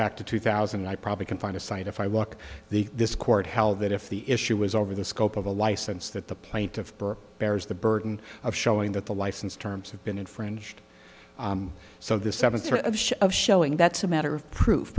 back to two thousand i probably can find a cite if i walk the this court held that if the issue was over the scope of the license that the plaintiff bears the burden of showing that the license terms have been infringed so the seventh of showing that's a matter of proof